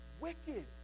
wicked